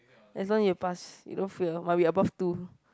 as long you pass you don't fail must be above two